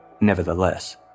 Nevertheless